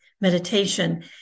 meditation